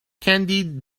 candied